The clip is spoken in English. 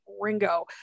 Ringo